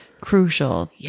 crucial